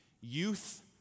Youth